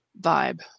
vibe